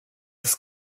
das